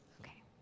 Okay